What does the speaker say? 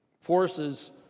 forces